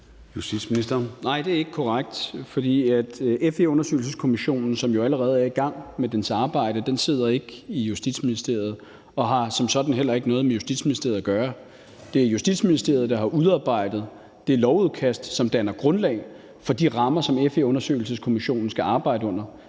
Nej, det er ikke korrekt. For FE-undersøgelseskommissionen, som jo allerede er i gang med sit arbejde, sidder ikke i Justitsministeriet og har som sådan heller ikke noget med Justitsministeriet at gøre. Det er Justitsministeriet, der har udarbejdet det lovudkast, som danner grundlag for de rammer, som FE-undersøgelseskommissionen skal arbejde under.